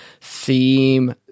theme